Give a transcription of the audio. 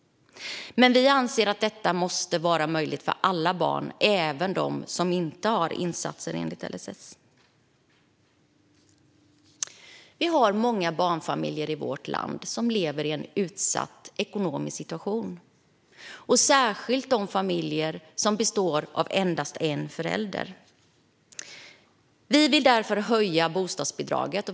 Vi anser att detta måste vara möjligt för alla barn, även de som inte har insatser enligt LSS. Vi har många barnfamiljer i vårt land som lever i en ekonomiskt utsatt situation. Det gäller särskilt de familjer som består av endast en förälder. Vi vill därför höja bostadsbidraget.